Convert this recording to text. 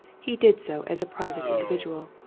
he did so as a private individual,